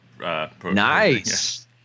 Nice